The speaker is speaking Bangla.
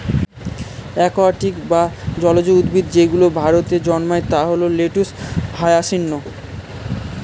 একুয়াটিক বা জলজ উদ্ভিদ যেগুলো ভারতে জন্মায় তা হল লেটুস, হায়াসিন্থ